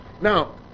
Now